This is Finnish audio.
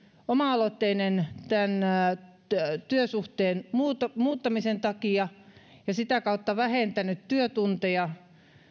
oma aloitteinen tämän työsuhteen muuttamisen takia ja sitä kautta vähentänyt työtuntejaan